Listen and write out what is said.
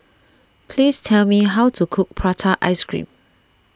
please tell me how to cook Prata Ice Cream